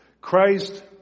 Christ